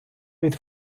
від